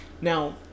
Now